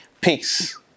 peace